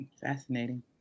fascinating